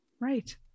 right